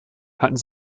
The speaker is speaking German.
hatten